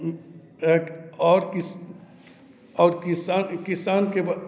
आओर किस आओर किसान किसानके